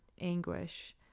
anguish